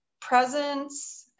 Presence